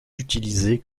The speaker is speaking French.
utilisé